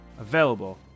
available